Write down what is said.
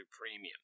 premium